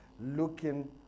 looking